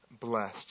blessed